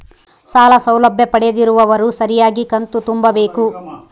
ಸಾಲ ಸೌಲಭ್ಯ ಪಡೆದಿರುವವರು ಸರಿಯಾಗಿ ಕಂತು ತುಂಬಬೇಕು?